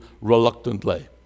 reluctantly